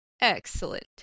Excellent